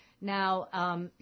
Now